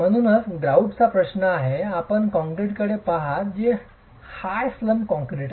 म्हणून ग्रॉउटचा प्रश्न आहे आपण कंक्रीटकडे पहात आहात जे हाय स्लंप कॉंक्रिट आहे